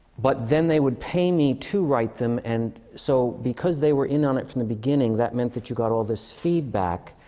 but then they would pay me to write them. and so because they were in on it from the beginning, that meant that you got all this feedback.